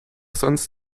sonst